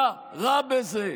מה רע בזה?